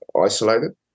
isolated